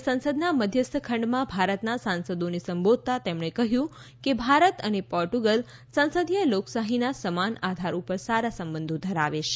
આજે સંસદના મધ્યસ્થ ખંડમાં ભારતના સાંસદોને સંબોધતા તેમણે કહ્યું કે ભારત અને પોર્ટુગલ સંસદીય લોકશાહીના સમાન આધાર ઉપર સારા સંબંધો ધરાવે છે